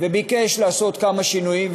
והוא ביקש לעשות כמה שינויים,